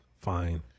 Fine